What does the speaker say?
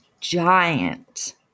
giant